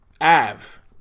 Av